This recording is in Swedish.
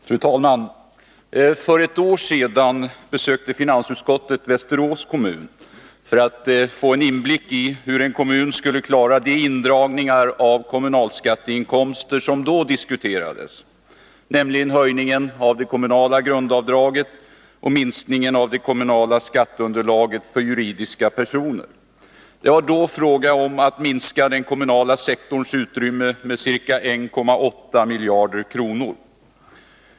Fru talman! För ett år sedan besökte finansutskottet Västerås kommun, för att få en inblick i hur en kommun skulle klara de indragningar av kommunalskatteinkomster som då diskuterades, nämligen höjningen av det kommunala grundavdraget och minskningen av det kommunala skatteunderlaget för juridiska personer. Det var då fråga om att minska den kommunala sektorns utrymme med ca 1,8 miljarder kronor.